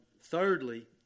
thirdly